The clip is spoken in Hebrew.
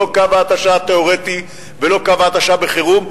לא קו ההתשה התיאורטי ולא קו ההתשה בחירום.